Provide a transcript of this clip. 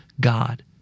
God